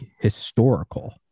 historical